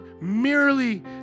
merely